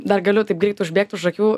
dar galiu taip greit užbėgt už akių